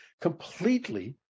completely